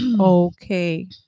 okay